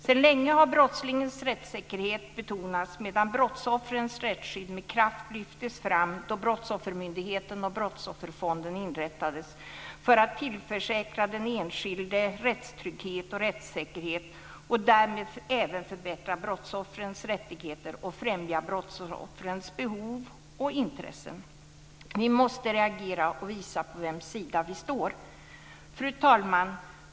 Sedan länge har brottslingens rättssäkerhet betonats, medan brottsoffrens rättsskydd med kraft lyftes fram då Brottsoffermyndigheten och Brottsofferfonden inrättades för att tillförsäkra den enskilde rättstrygghet och rättssäkerhet och därmed även förbättra brottsoffrens rättigheter och främja brottsoffrens behov och intressen. Vi måste reagera och visa på vems sida vi står. Fru talman!